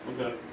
Okay